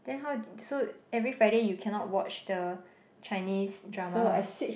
then how so every Friday you cannot watch the Chinese drama